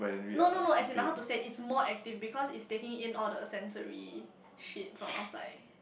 no no no as in like how to say it's more active because is taking in all the sensory sheet from outside